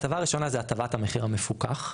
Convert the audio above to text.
הטבה הראשונה זה הטבת המחיר המפוקח,